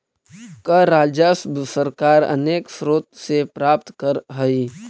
कर राजस्व सरकार अनेक स्रोत से प्राप्त करऽ हई